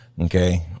Okay